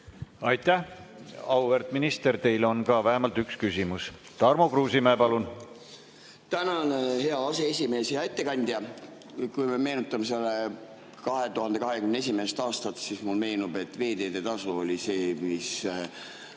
Aitäh, auväärt minister! Teile on ka vähemalt üks küsimus. Tarmo Kruusimäe, palun! Tänan, hea aseesimees! Hea ettekandja! Kui me meenutame 2021. aastat, siis mulle meenub, et veeteetasu oli see, mis